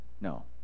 No